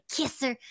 kisser